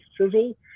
sizzle